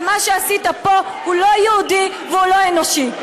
ומה שעשית פה הוא לא יהודי והוא לא אנושי.